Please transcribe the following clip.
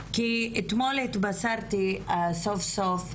כי אתמול התבשרתי סוף סוף,